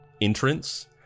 entrance